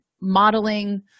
modeling